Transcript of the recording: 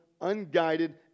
unguided